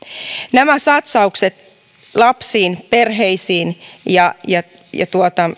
nämä satsaukset lapsiin perheisiin ja ja